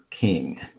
King